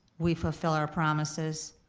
we fulfill our promises.